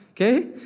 okay